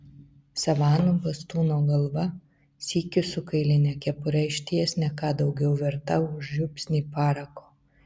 savanų bastūno galva sykiu su kailine kepure išties ne ką daugiau verta už žiupsnį parako